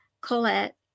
Colette